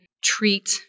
treat